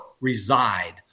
reside